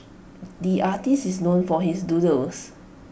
the artist is known for his doodles